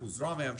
אנחנו זרוע בממשלה,